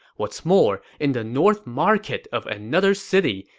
what's more, in the north market of another city,